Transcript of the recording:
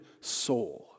soul